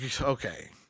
okay